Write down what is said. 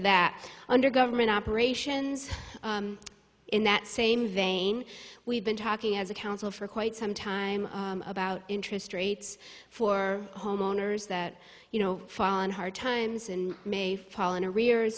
that under government operations in that same vein we've been talking as a council for quite some time about interest rates for homeowners that you know fall on hard times and may fall in arrears